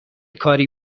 کاری